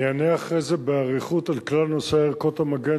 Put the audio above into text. אני אענה אחרי זה באריכות על כלל נושא ערכות המגן